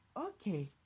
Okay